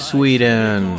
Sweden